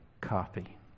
copy